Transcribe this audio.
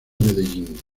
medellín